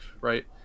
right